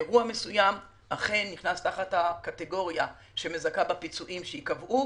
אירוע מסוים אכן נכנס תחת הקטגוריה שמזכה בפיצויים שייקבעו,